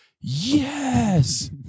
Yes